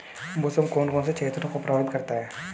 मौसम कौन कौन से क्षेत्रों को प्रभावित करता है?